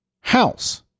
House